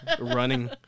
running